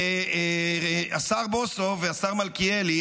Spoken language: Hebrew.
השר בוסו והשר מלכיאלי,